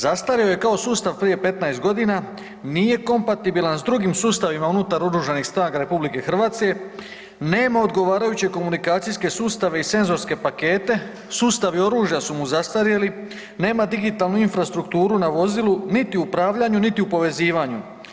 Zastario je kao sustav prije 15 g., nije kompatibilan s drugim sustavima unutar OS RH, nema odgovarajuće komunikacijske sustave i senzorske pakete, sustavi oružja su mu zastarjeli, nema digitalnu infrastrukturu na vozilu niti u upravljanju niti u povezivanju.